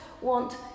want